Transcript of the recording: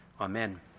Amen